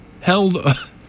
held